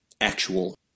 actual